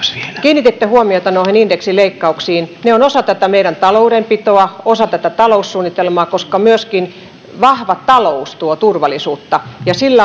kiinnititte huomiota indeksileikkauksiin ne ovat osa meidän taloudenpitoamme osa tätä taloussuunnitelmaa koska myöskin vahva talous tuo turvallisuutta pitkässä